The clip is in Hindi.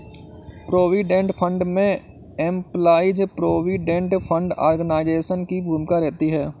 प्रोविडेंट फंड में एम्पलाइज प्रोविडेंट फंड ऑर्गेनाइजेशन की भूमिका रहती है